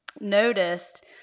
noticed